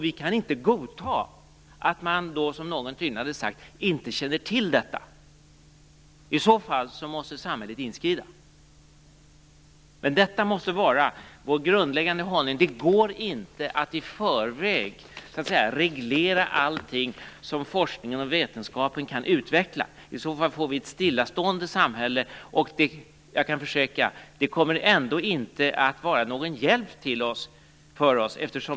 Vi kan inte godta att man då, som någon tydligen hade sagt, inte känner till detta. I så fall måste samhället inskrida. Men vår grundläggande hållning måste vara att det inte går att i förväg reglera allting som forskningen och vetenskapen kan utveckla. Då får vi ett stillastående samhälle, och jag kan försäkra att det ändå inte kommer att vara någon hjälp för oss.